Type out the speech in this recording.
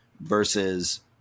versus